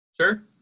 Sure